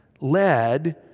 led